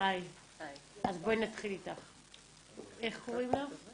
אז נכון שאני מאוד רציתי להביא את מיכאל לקונצרט שייהנה,